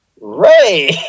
Ray